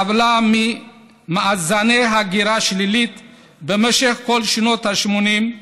סבלה ממאזני הגירה שלילית במשך כל שנות ה-80,